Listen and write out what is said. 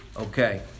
Okay